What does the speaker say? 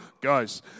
guys